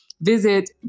visit